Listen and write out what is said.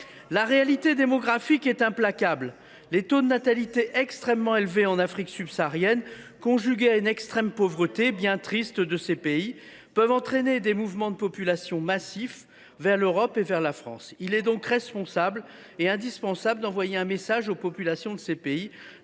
La réalité démographique est implacable. Les taux de natalité extrêmement élevés en Afrique subsaharienne, conjugués à l’extrême pauvreté bien triste de ces pays, peuvent entraîner des mouvements de population massifs vers l’Europe et vers la France. Il est donc responsable et indispensable d’envoyer un signal aux populations de ces pays